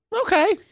Okay